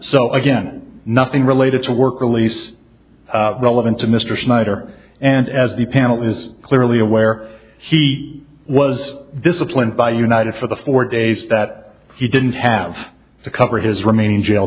so again nothing related to work release relevant to mr schneider and as the panel was clearly aware he was disciplined by united for the four days that he didn't have to cover his remaining jail